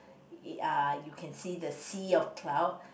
!ee! ah you can see the sea of cloud